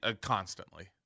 Constantly